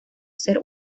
ser